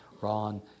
Ron